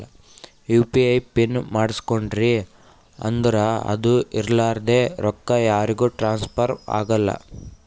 you P I pin ಮಾಡುಸ್ಕೊಂಡ್ರಿ ಅಂದುರ್ ಅದು ಇರ್ಲಾರ್ದೆ ರೊಕ್ಕಾ ಯಾರಿಗೂ ಟ್ರಾನ್ಸ್ಫರ್ ಆಗಲ್ಲಾ